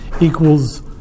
equals